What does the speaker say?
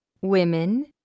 women